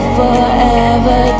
forever